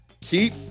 Keep